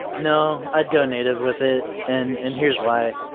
no. i'd go native with it, and and here's why.